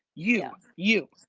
you, yeah you,